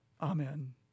Amen